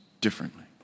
differently